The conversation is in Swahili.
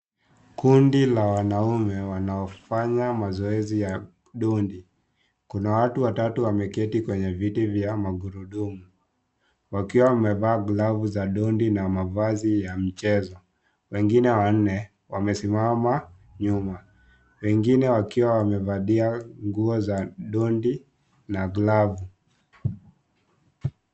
Kundi la wanaume wanaofanya mazoezi ya ndondi , kuna watu watatu wameketi kwenye viti vya magurudumu wakiwa wamevaa glavu za ndondi na mavazi ya michezo . Wengine wanne wamesimama nyuma . Wengine wakiwa wamevalia nguo za ndondi na glavu.